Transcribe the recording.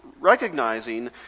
recognizing